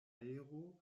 aero